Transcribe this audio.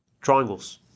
Triangles